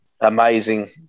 Amazing